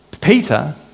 Peter